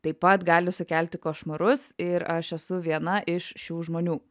taip pat gali sukelti košmarus ir aš esu viena iš šių žmonių